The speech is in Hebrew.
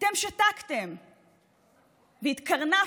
אתם שתקתם והתקרנפתם.